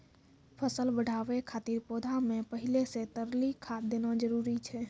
फसल बढ़ाबै खातिर पौधा मे पहिले से तरली खाद देना जरूरी छै?